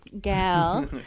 Gal